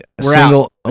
single